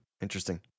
Interesting